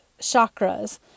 chakras